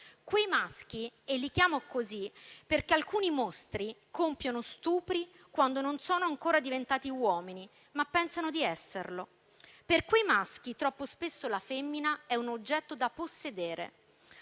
quei maschi - che chiamo così perché alcuni mostri compiono stupri quando non sono ancora diventati uomini, ma pensano di esserlo - per quei maschi, dicevo, troppo spesso la femmina è un oggetto da possedere.